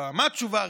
מה התשובה הרשמית?